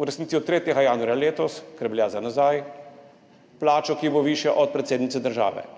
v resnici od 3. januarja letos, ker velja za nazaj, plačo, ki bo višja od [plače] predsednice države.